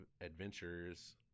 adventures